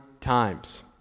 times